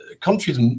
countries